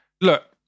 look